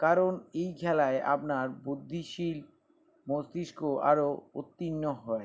কারণ এই খেলায় আপনার বুদ্ধিশীল মস্তিষ্ক আরও উত্তীর্ণ হয়